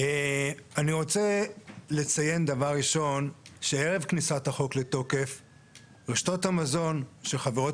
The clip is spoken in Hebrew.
שניסו לקדם אמנה שלא צלחה אבל תמכו גם בחקיקה של השר אבי גבאי.